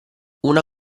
una